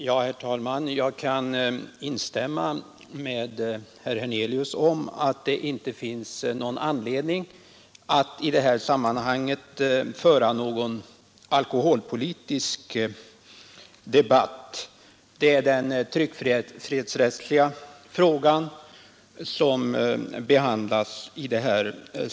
Herr talman! Jag kan instämma med herr Hernelius i att det inte finns någon anledning att i detta sammanhang föra en alkoholpolitisk debatt. Det är den tryckfrihetsrättsliga frågan som nu behandlas.